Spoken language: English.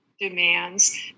demands